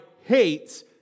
hate